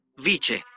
Vice